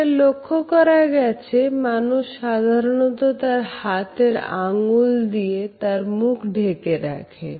এটা লক্ষ্য করা গেছে মানুষ সাধারণত তার হাতের আঙ্গুল দিয়ে তার মুখ ঢেকে রাখে